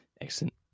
Excellent